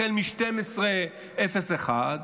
החל מ-12:01,